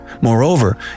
Moreover